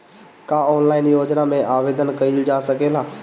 का ऑनलाइन योजना में आवेदन कईल जा सकेला?